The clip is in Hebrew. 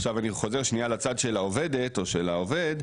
עכשיו אני חוזר שנייה לצד של העובדת או של העובד,